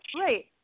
right